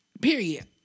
Period